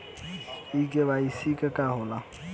इ के.वाइ.सी का हो ला?